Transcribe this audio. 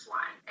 one